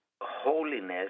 holiness